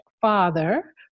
father